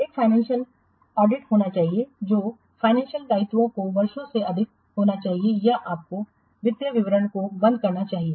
एक financial audit होना चाहिए और वित्तीय दायित्वों को वर्ष से अधिक होना चाहिए या आपको वित्तीय विवरण को बंद करना चाहिए